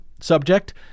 subject